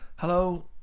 Hello